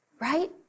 Right